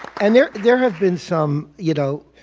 and there there have been some you know,